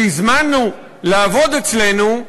שהזמנו לעבוד אצלנו,